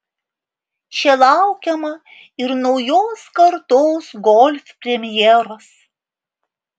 čia laukiama ir naujos kartos golf premjeros